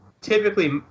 Typically